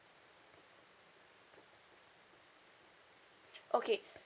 okay